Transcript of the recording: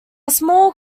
small